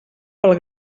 pel